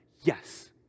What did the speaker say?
yes